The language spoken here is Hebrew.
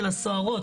של הסוהרות,